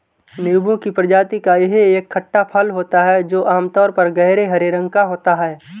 नींबू की प्रजाति का यह एक खट्टा फल होता है जो आमतौर पर गहरे हरे रंग का होता है